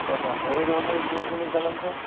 हो का बाहेर वगैरे दिला तरी चालेल काय